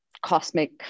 cosmic